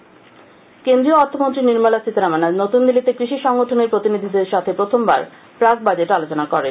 নির্মলা সীতারমন কেন্দ্রীয় অর্থমন্ত্রী নির্মলা সীতারমন আজ নতুন দিল্লিতে কৃষি সংগঠনের প্রতিনিধিদের সাথে প্রথমবার প্রাক বাজেট আলোচনা করেন